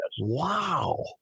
wow